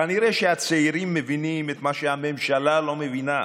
כנראה שהצעירים מבינים את מה שהממשלה לא מבינה,